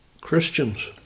Christians